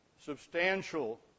substantial